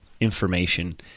information